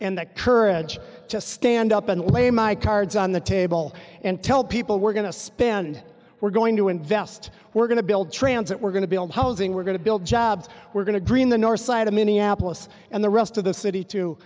and that courage to stand up and lay my cards on the table and tell people we're going to spend we're going to invest we're going to build transit we're going to build housing we're going to build jobs we're going to green the north side of minneapolis and the rest of the city too